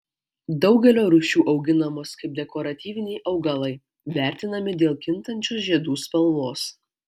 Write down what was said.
daugelio rūšių auginamos kaip dekoratyviniai augalai vertinami dėl kintančios žiedų spalvos